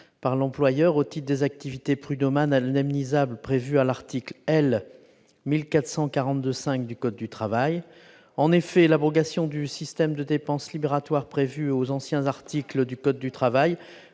par l'employeur au titre des activités prud'homales indemnisables prévues par l'article L. 1442-5 du code du travail. En effet, l'abrogation du système de dépense libératoire prévu à l'ancien article L. 6331-1 du code du travail